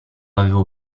avevo